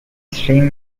stream